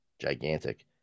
gigantic